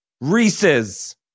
Reese's